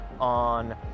on